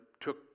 took